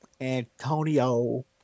Antonio